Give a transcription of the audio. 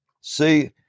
See